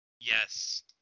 Yes